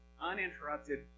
uninterrupted